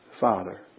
Father